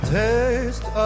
taste